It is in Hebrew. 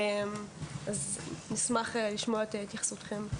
נשמח לשמוע את התייחסותכם.